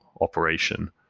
operation